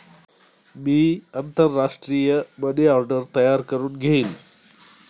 मी आंतरराष्ट्रीय money order तयार करुन घेईन